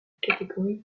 catégorie